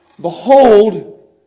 behold